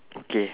okay